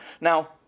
now